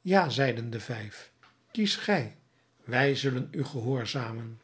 ja zeiden de vijf kies gij wij zullen u gehoorzamen